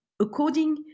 According